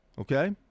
Okay